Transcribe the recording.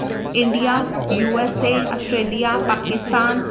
India USA Australia Pakistan